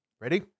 Ready